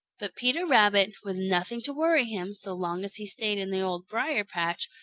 but peter rabbit, with nothing to worry him so long as he stayed in the old briar-patch,